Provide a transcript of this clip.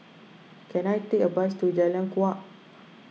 can I take a bus to Jalan Kuak